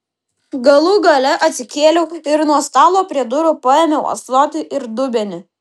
galų gale atsikėliau ir nuo stalo prie durų paėmiau ąsotį ir dubenį